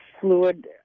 fluid